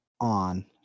on